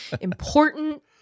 Important